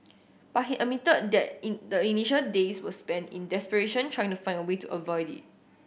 but he admitted that in the initial days were spent in desperation trying to find a way to avoid it